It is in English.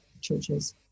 churches